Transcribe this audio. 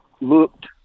looked